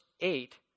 eight